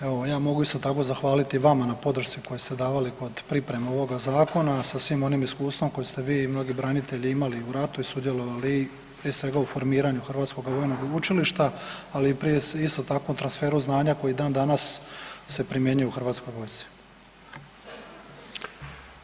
Evo ja mogu isto tako zahvaliti vama na podršci koju ste davali kod pripreme ovoga zakona sa svim onim iskustvom kojeg ste vi i mnogi branitelji imali u ratu i sudjelovali prije svega u formiranju Hrvatskoga vojnog učilišta, ali i isto tako u transferu znanja koji dan danas se primjenjuje u hrvatskoj vojsci.